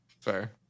Fair